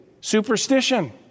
superstition